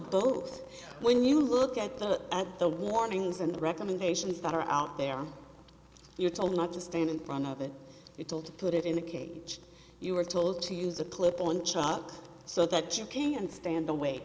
boat when you look at the at the warnings and the recommendations that are out there you're told not to stand in front of it you're told to put it in a cage you are told to use a clip on chalk so that you can stand away